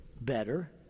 better